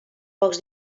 pocs